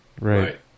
right